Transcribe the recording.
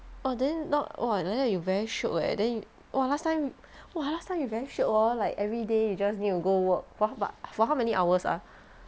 oh then not !wah! like that you very shiok leh then !wah! last time !wah! last time you very shiok hor like everyday you just need go work for how but how many hours ah